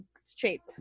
straight